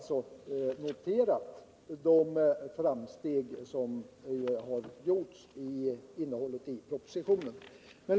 Vi har noterat de framsteg som har gjorts i propositionen.